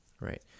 right